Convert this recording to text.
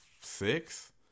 six